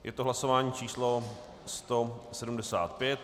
Je to hlasování číslo 175.